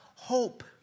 hope